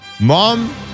Mom